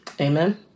Amen